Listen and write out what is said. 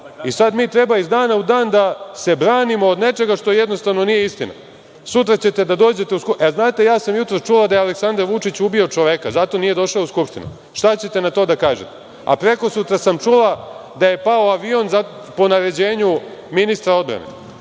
i sada mi treba iz dana u dan da se branimo od nečega što jednostavno nije istina. Sutra ćete da dođete u Skupštinu – znate ja sam jutro čula da je Aleksandar Vučić ubio čoveka, zato nije došao u Skupštinu. Šta ćete na to da kažete? A prekosutra sam čula da je pao avion po naređenju ministra odbrane